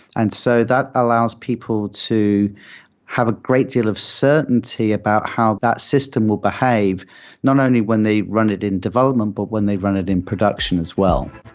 and so that allows people to have a great deal of certainty about how that system will behave not only when they run it in development, but when they run it in production as well.